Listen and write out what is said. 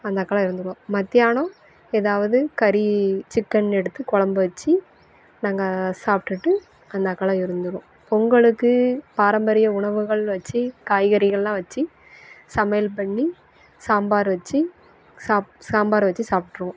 அந்தாக்கில் இருந்துடுவோம் மதியானம் எதாவது கறி சிக்கன் எடுத்து குழம்பு வச்சி நாங்கள் சாப்பிட்டுட்டு அந்தாக்கில் இருந்துடுவோம் பொங்கலுக்கு பாரம்பரிய உணவுகள் வச்சு காய்கறிகள்லாம் வச்சு சமையல் பண்ணி சாம்பார் வச்சி சாப் சாம்பார் வச்சு சாப்பிட்ருவோம்